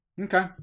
Okay